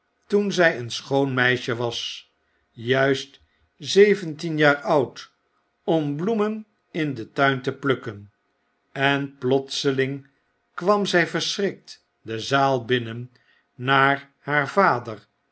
toen zij een schoon meisje was juist zeventien jaar oud om bloemen in den tuin te plukken en plotseling kwam zij verschrikt de zaal binnen naar h aar vader